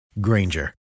Granger